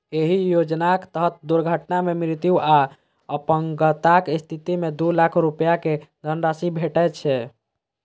एहि योजनाक तहत दुर्घटना मे मृत्यु आ अपंगताक स्थिति मे दू लाख रुपैया के धनराशि भेटै छै